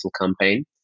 campaign